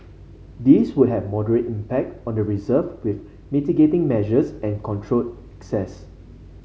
these would have moderate impact on the reserve with mitigating measures and controlled access